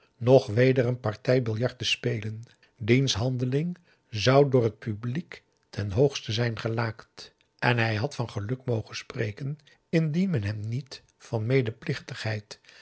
nog weder een partij biljart te spelen diens handeling zou door het publiek ten hoogste zijn gelaakt en hij had van geluk mogen spreken indien men hem niet van